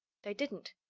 they didn't.